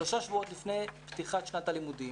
שלושה שבועות לפני פתיחת שנת הלימודים